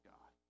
God